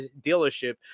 dealership